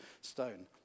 stone